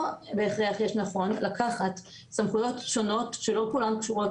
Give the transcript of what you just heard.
לא לקחת סמכויות שונות שלא כולן קשורות